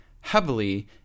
heavily